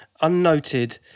unnoted